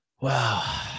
Wow